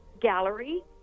Gallery